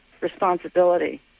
responsibility